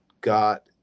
got